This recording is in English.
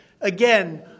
Again